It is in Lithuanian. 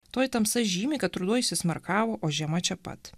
toji tamsa žymi kad ruduo įsismarkavo o žiema čia pat